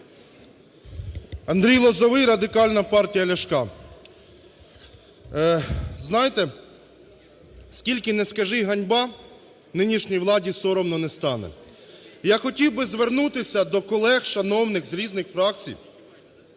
Андрій Лозовий, Радикальна партія Ляшка. Знаєте, скільки не скажи ганьба нинішній владі, соромно не стане. Я хотів би звернутися до колег шановних з різних фракцій.